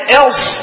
else